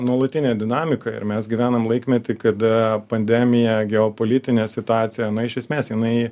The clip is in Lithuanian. nuolatinė dinamika ir mes gyvenam laikmety kada pandemija geopolitinė situacija iš esmės jinai